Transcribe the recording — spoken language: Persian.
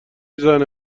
زنه